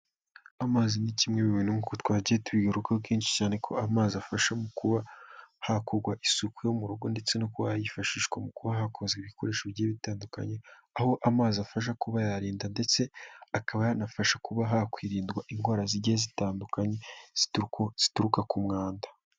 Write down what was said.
Amazi ni kimwe mu bintu nk'uko twagiye tubigarukaho kenshi cyane ko amazi afasha mu kuba hakorwa isuku yo mu rugo ndetse no kuba yifashishwa mu kuba hakozwa ibikoresho bigiye bitandukanye, aho amazi afasha kuba yarinda ndetse akaba yanafasha kuba hakwirindwa indwara zigiye zitandukanye zituruka ku mwanda.